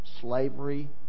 slavery